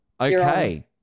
Okay